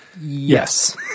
yes